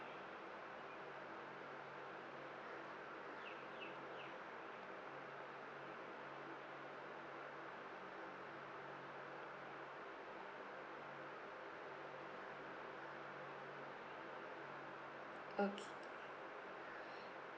okay